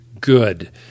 good